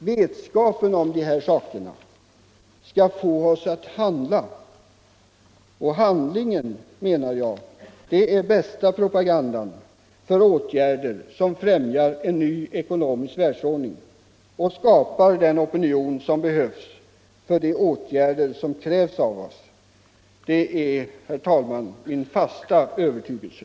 Vetskapen om dessa ting skall få oss att handla. Och handlingen, menar jag, är bästa propagandan för åtgärder som främjar en ny ekonomisk världsordning och skapar den opinion som behövs för de åtgärder som krävs av oss. Det är, herr talman, min fasta övertygelse.